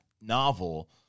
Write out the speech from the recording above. novel